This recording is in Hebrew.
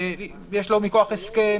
יש לו מכוח הסכם,